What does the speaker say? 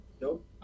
Nope